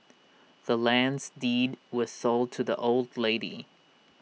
the land's deed was sold to the old lady